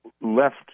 left